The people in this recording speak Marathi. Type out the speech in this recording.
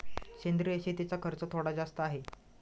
सेंद्रिय शेतीचा खर्च थोडा जास्त आहे